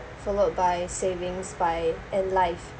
followed by savings by and life